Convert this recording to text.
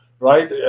right